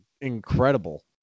incredible